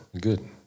Good